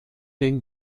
den